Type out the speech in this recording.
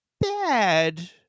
bad